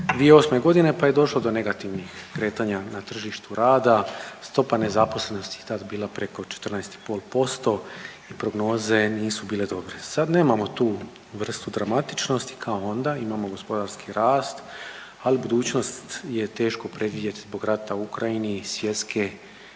2008. godine pa je došlo do negativnih kretanja na tržištu rada. Stopa nezaposlenosti je tada bila preko 14 i pol posto, prognoze nisu bile dobre. Sad nemamo tu vrstu dramatičnosti kao onda, imamo gospodarski rast ali budućnost je teško predvidjeti zbog rata u Ukrajini, svjetske